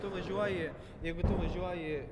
tu važiuoji jeigu tu važiuoji